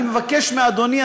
אני מבקש מאדוני,